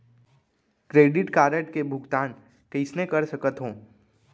Credit card के भुगतान कईसने कर सकथो?